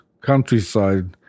countryside